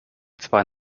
zwar